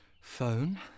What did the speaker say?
phone